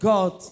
God